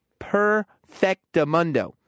perfectamundo